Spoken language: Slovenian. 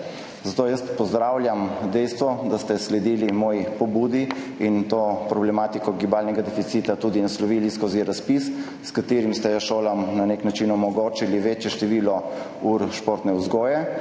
pozdravljam dejstvo, da ste sledili moji pobudi in to problematiko gibalnega deficita tudi naslovili skozi razpis, s katerim ste šolam na nek način omogočili večje število ur športne vzgoje.